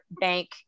Bank